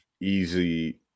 easy